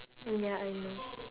oh ya I know